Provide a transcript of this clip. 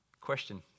Question